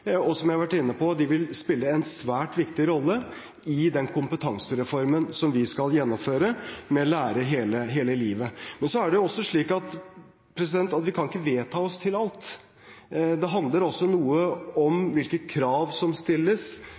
og fagskolene vil, som jeg har vært inne på, spille en svært viktig rolle i den kompetansereformen som vi skal gjennomføre med Lære hele livet. Men det er jo også slik at vi kan ikke vedta oss til alt. Det handler også noe om hvilke krav som stilles,